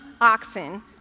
oxen